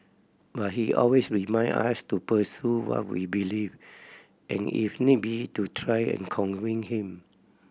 but he always reminded us to pursue what we believed and if need be to try and convince him